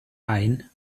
ein